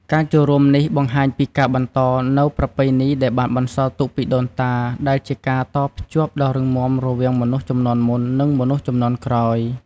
ការចូលរួមនេះបង្ហាញពីការបន្តនូវប្រពៃណីដែលបានបន្សល់ទុកពីដូនតា ដែលជាការតភ្ជាប់ដ៏រឹងមាំរវាងមនុស្សជំនាន់មុន និងមនុស្សជំនាន់ក្រោយ។